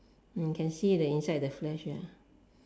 can see the inside the flesh